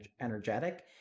energetic